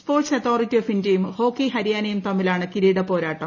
sports authority of ഇന്ത്യയും hockey ഹരിയാനയും തമ്മിലാണ് കിരീടപോരാട്ടം